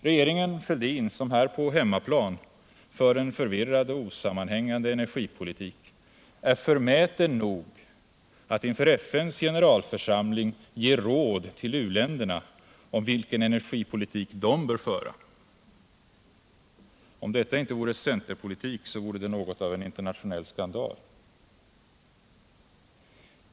Regeringen Fälldin, som här på hemmaplan för en förvirrad och osammanhängande energipolitik, är förmäten nog att inför FN:s generalförsamling ge råd till u-länderna om vilken energipolitik de bör föra. Om detta inte vore centerpolitik, så vore det något av en internationell skandal.